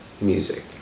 music